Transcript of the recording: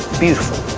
beautiful,